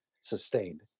sustained